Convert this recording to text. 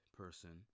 person